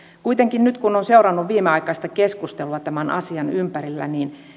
kuitenkin nyt kun on seurannut viimeaikaista keskustelua tämän asian ympärillä